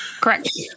correct